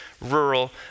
rural